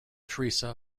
teresa